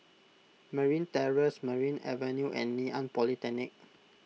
Merryn Terrace Merryn Avenue and Ngee Ann Polytechnic